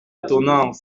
étonnants